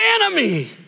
enemy